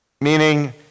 meaning